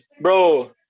bro